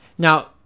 Now